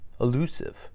elusive